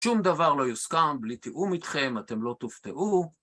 שום דבר לא יוסכם בלי תיאום איתכם, אתם לא תופתעו.